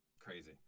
Crazy